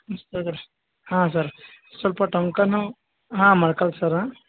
ಹಾಂ ಸರ್ ಸ್ವಲ್ಪ ಟೊಂಕನೂ ಹಾಂ ಮೊಳ್ಕಾಲು ಸರ್ರ